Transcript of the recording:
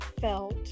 felt